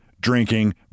drinking